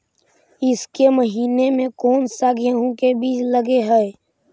ईसके महीने मे कोन सा गेहूं के बीज लगे है?